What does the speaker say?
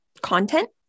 content